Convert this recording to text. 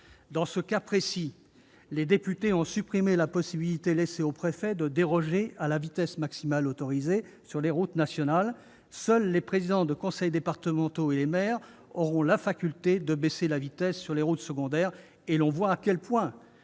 Dans ce cas précis, les députés ont supprimé la possibilité laissée au préfet de déroger à la vitesse maximale autorisée sur les routes nationales. Seuls les présidents de conseils départementaux et les maires auront la faculté d'abaisser la vitesse sur les routes secondaires. On voit combien